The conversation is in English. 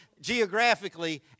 geographically